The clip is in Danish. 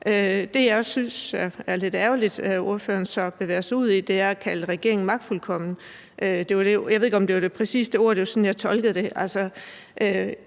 Det, som jeg synes er lidt ærgerligt at ordføreren så bevæger sig ud i, er at kalde regeringen magtfuldkommen. Jeg ved ikke, om det præcis var det ord, men det var sådan, jeg tolkede det.